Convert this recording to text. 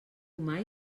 mai